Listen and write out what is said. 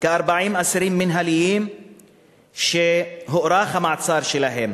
יש כ-40 אסירים מינהליים שהוארך המעצר שלהם,